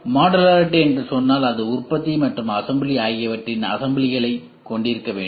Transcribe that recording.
modularity என்று நான் சொன்னால் அது உற்பத்தி மற்றும் அசம்பிளி ஆகியவற்றின் அசம்பிளிகளைக் கொண்டிருக்க வேண்டும்